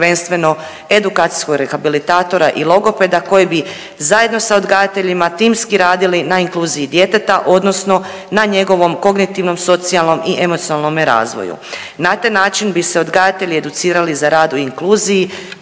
prvenstveno edukacijskog rehabilitatora i logopeda koji bi zajedno sa odgajateljima timski radili na inkluziji djeteta odnosno na njegovom kognitivnom, socijalnom i emocionalnome razvoju. Na taj način bi se odgajatelji educirali za rad u inkluziji